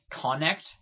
connect